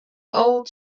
old